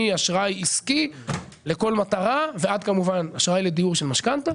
מאשראי עסקי לכל מטרה ועד כמובן אשראי לדיור של משכנתה.